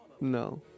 No